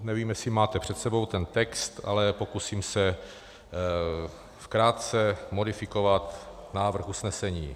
Nevím, jestli máte před sebou ten text, ale pokusím se krátce modifikovat návrh usnesení: